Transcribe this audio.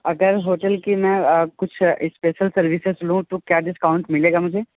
अगर होटेल की मैं कुछ स्पेशल सर्विसेज़ लूँ तो क्या डिस्काउंट मिलेगा मुझे